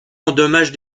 endommage